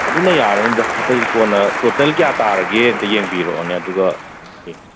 ꯑꯗꯨꯅ ꯌꯥꯔꯅꯤꯗ ꯑꯇꯩꯗꯤ ꯀꯣꯟꯅ ꯇꯣꯇꯦꯜ ꯀꯌꯥ ꯇꯥꯔꯒꯦ ꯑꯝꯇ ꯌꯦꯡꯕꯤꯔꯛꯑꯣꯅꯦ ꯑꯗꯨꯒ ꯌꯦꯡꯁꯦ